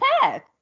path